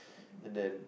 and then